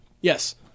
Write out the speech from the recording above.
Yes